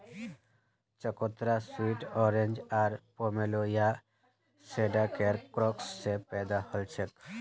चकोतरा sweet orange आर pomelo या शैडॉकेर क्रॉस स पैदा हलछेक